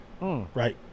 Right